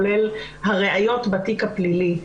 כולל הראיות בתיק הפלילי.